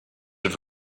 have